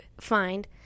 find